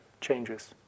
changes